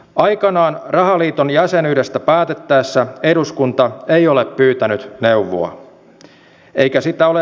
aikanaan rahaliiton jäsenyydestä päätettäessä eduskunta ei ole pyytänyt neuvoa